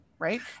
Right